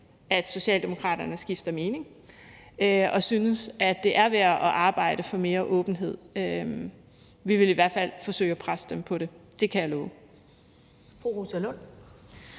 at Socialdemokraterne skifter mening og synes, at det er værd at arbejde for mere åbenhed. Vi vil i hvert fald forsøge at presse dem på det. Det kan jeg love.